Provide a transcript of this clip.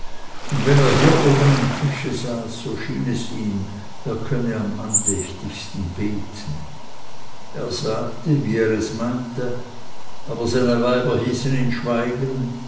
und wenn er hier oben am tische saß so schien es ihm er könne am andächtigsten beten er sagte wie er es meinte aber seine weiber hießen ihn schweigen